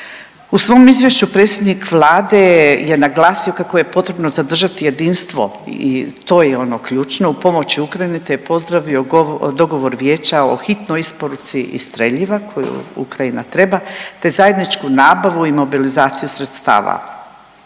U svom izvješću predsjednik Vlade je naglasio kako je potrebno zadržati jedinstvo i to je ono ključno u pomoći Ukrajini te je pozdravio dogovor Vijeća o hitnoj isporuci i streljiva koju Ukrajina treba, te zajedničku nabavu i mobilizaciju sredstava.